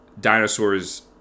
dinosaurs